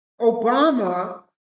Obama